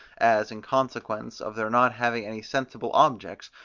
as, in consequence of their not having any sensible objects,